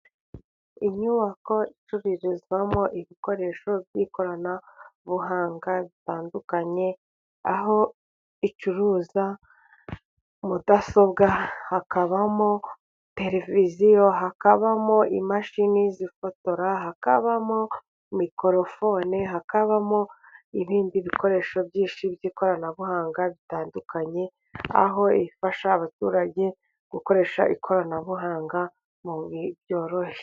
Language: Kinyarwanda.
Inyubako icuruzwamo ibikoresho by'ikoranabuhanga bitandukanye, aho icuruza mudasobwa, hakabamo tereviziyo, hakabamo imashini zifotora, hakabamo mikorofone, hakabamo ibindi bikoresho byinshi by'ikoranabuhanga bitandukanye, aho ifasha abaturage gukoresha ikoranabuhanga mu buryo bworoshye.